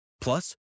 Plus